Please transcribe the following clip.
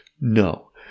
No